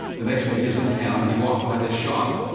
the next day he was in town. he walked by this shop,